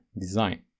design